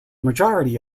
majority